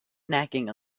snacking